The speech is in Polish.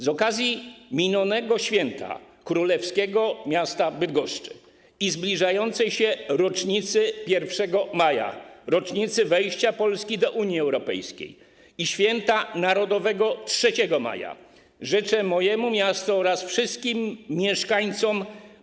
Z okazji minionego święta królewskiego miasta Bydgoszczy i zbliżającej się rocznicy 1 maja, rocznicy wejścia Polski do Unii Europejskiej, i święta narodowego 3 maja życzę mojemu miastu oraz wszystkim mieszkańcom